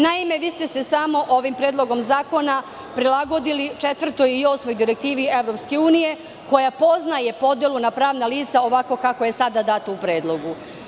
Naime, vi ste se samo ovim predlogom zakona prilagodili 4. i 8. Direktivi EU, koja poznaje podelu na pravna lica ovakva kako je sada dato u predlogu.